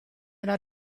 una